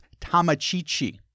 Tamachichi